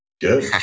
Good